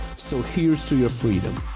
so here's to your freedom.